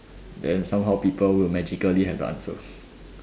then somehow people will magically have the answer